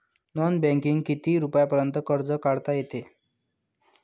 Non बँकिंगनं किती रुपयापर्यंत कर्ज काढता येते?